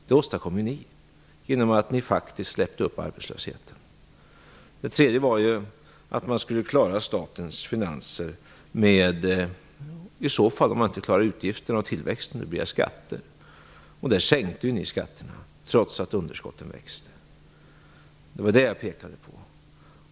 Det åstadkom ni genom att låta arbetslösheten öka. Det tredje är att klara statens finanser, och det gör man genom skatter om man inte kan hantera utgifterna och tillväxten. Ni sänkte skatterna, trots att underskotten växte.